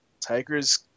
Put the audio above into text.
tiger's